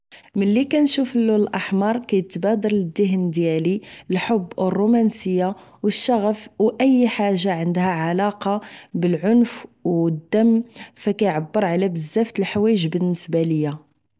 ملي كنشوف باللون الاحمر كيتبادر لذهن ديالي الحب و الرومانسية و الشغف و اي حاجة عندها علاقة بالعنف و الدم فكيعبر على بزاف تالحويج بالنسبة ليا